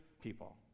people